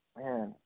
man